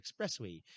expressway